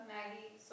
Maggie